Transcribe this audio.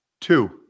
Two